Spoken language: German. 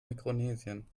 mikronesien